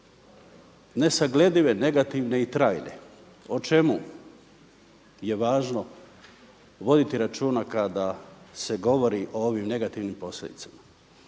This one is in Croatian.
Nesagledive, negativne i trajne. O čemu je važno voditi računa kada se govori o ovim negativnim posljedicama?